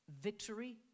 victory